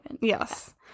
Yes